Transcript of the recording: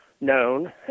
known